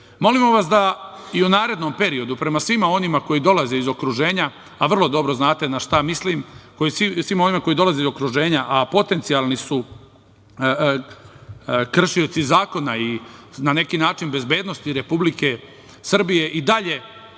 Molimo vas da i u narednom periodu prema svima onima koji dolaze iz okruženja, a vrlo dobro znate na šta mislim, a potencijalni su kršioci zakona i na neki način bezbednosti Republike Srbije i dalje,